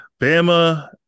Bama